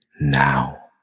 now